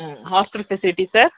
ah hostel facilities sir